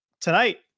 tonight